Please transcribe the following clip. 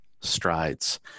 strides